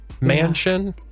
mansion